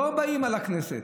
לא באים על הכנסת,